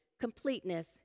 completeness